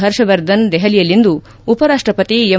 ಹರ್ಷವರ್ಧನ್ ದೆಹಲಿಯಲ್ಲಿಂದು ಉಪರಾಷ್ಷಪತಿ ಎಂ